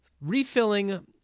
Refilling